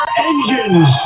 engines